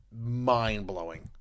mind-blowing